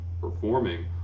performing